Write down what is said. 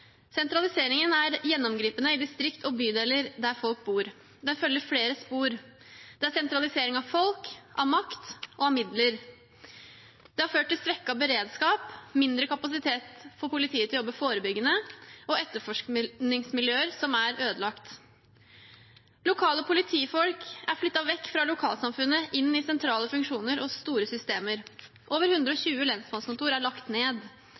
Sentraliseringen er gjennomgripende i distrikt og bydeler der folk bor. Den følger flere spor. Det er sentralisering av folk, av makt og av midler. Det har ført til svekket beredskap, mindre kapasitet for politiet til å jobbe forebyggende, og etterforskningsmiljøer som er ødelagt. Lokale politifolk er flyttet vekk fra lokalsamfunnet og inn i sentrale funksjoner og store systemer. Over 120 lensmannskontor er lagt ned.